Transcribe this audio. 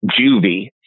Juvie